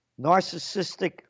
Narcissistic